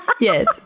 Yes